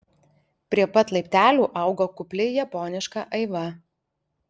prie pat laiptelių augo kupli japoniška aiva